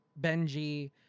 Benji